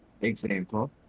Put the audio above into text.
example